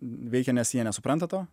veikia nes jie nesupranta to